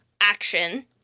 action